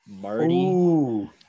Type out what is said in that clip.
Marty